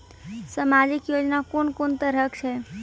समाजिक योजना कून कून तरहक छै?